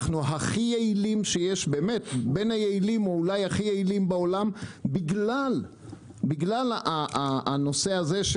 אנחנו בין היעילים בעולם בגלל הנושא של